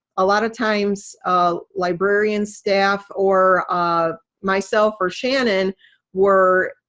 a lot of times ah librarian staff or myself or shannon were